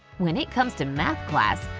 when it comes to math class,